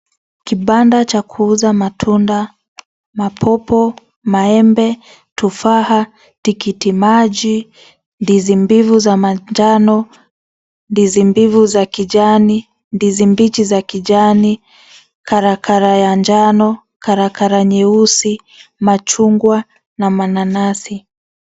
Kibada cha kuuza matunda mapopo, maembe, tufaa ,tikiti maji ,ndizi mbivu za manjano ,ndizi mbivu za kijani ,ndizi mbichi za kijani ,karakara ya njano ,karakara nyeusi ,machugwa na mananasi.